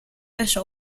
wäsche